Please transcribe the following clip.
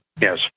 Yes